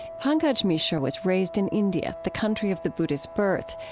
pankaj mishra was raised in india, the country of the buddha's birth,